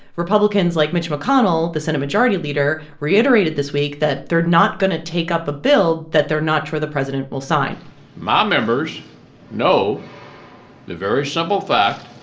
republicans like mitch mcconnell, the senate majority leader, reiterated this week that they're not going to take up a bill that they're not sure the president will sign my um members know the very simple fact